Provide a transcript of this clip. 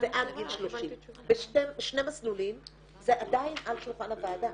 ועד גיל 30. בשני מסלולים זה עדיין על שולחן הוועדה,